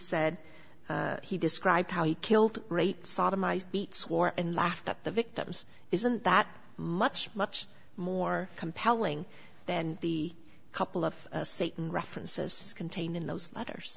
said he described how he killed rate sodomized beats war and laughed at the victims isn't that much much more compelling than the couple of satan references contained in those letters